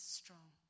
strong